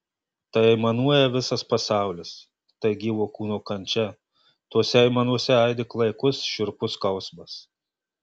tai aimanuoja visas pasaulis tai gyvo kūno kančia tose aimanose aidi klaikus šiurpus skausmas